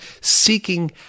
seeking